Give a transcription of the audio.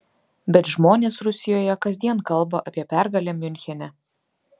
bet žmonės rusijoje kasdien kalba apie pergalę miunchene